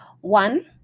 One